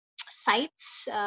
sites